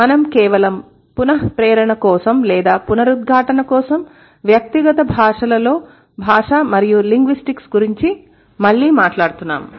మనం కేవలం పునః ప్రేరణ కోసం లేదా పునరుద్ఘాటన కోసం వ్యక్తిగత భాషలలో భాష మరియు లింగ్విస్టిక్స్ గురించి మళ్లీ మాట్లాడుతున్నాము